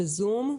בזום.